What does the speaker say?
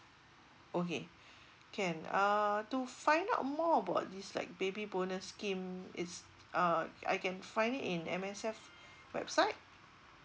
okay can uh to find out more about this like baby bonus scheme is uh I can find in M_S_F website